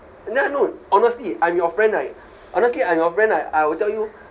n~ no honestly I'm your friend right honestly I'm your friend right I will tell you